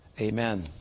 amen